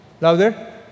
Louder